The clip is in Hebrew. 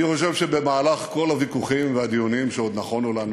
אני חושב שבכל הוויכוחים והדיונים שעוד נכונו לנו,